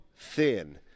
thin